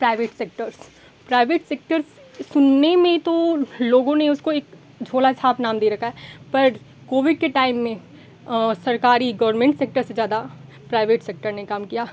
private sectors private sectors सुनने में तो लोगों ने उसको एक झोलाछाप नाम दे रखा है पर कोविड के टाइम में सरकारी गौरमेंट सेक्टर से ज़्यादा प्राइवेट सेक्टर ने काम किया